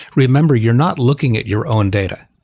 remember, you're not looking at your own data.